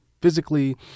physically